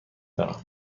دارم